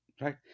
right